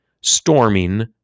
storming